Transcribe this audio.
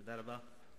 תודה רבה.